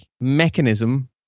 mechanism